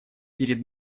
перед